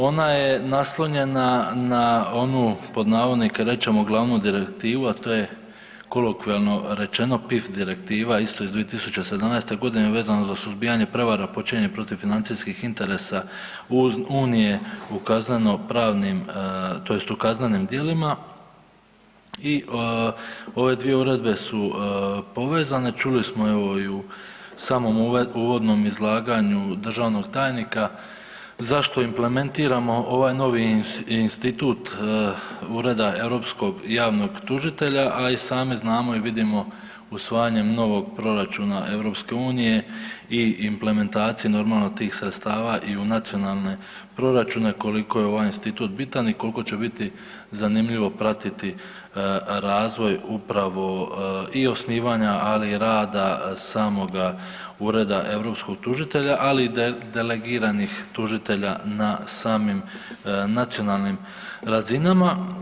Ona je naslonjena na onu „glavnu direktivu“ a to je kolokvijalno rečeno, PIF direktiva, isto iz 2017. g. vezano za suzbijanje prevare počinjene protiv financijskih interesa Unije u kazneno-pravnim tj. u kaznenim djelima i ove dvije uredbe su povezane, čuli smo evo i u samom uvodnom izlaganju državnog tajnika zašto implementiramo ovaj novi institut Ureda europskog javnog tužitelja a i sami znamo i vidimo, usvajanjem novog proračuna EU-a i implementacija normalno, tih sredstava i u nacionalne proračune, koliko je ovaj institut biran i koliko će biti zanimljivo pratiti razvoj upravo i osnivanja ali i rada samoga Ureda europskog tužitelja ali i delegiranih tužitelja na samim nacionalnim razinama.